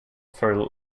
for